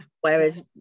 whereas